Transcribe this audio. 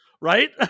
Right